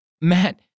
Matt